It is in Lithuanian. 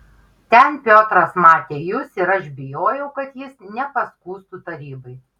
ten piotras matė jus ir aš bijojau kad jis nepaskųstų tarybai